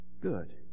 good